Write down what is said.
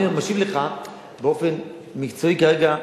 אני משיב לך באופן מקצועי כרגע,